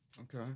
Okay